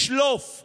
בשבוע הבא,